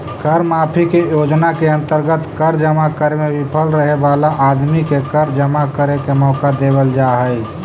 कर माफी के योजना के अंतर्गत कर जमा करे में विफल रहे वाला आदमी के कर जमा करे के मौका देवल जा हई